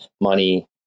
money